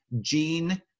Gene